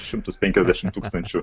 šimtus penkiasdešimt tūkstančių